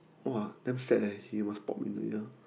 !wah! damn sad leh he must pop in the ear